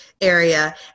area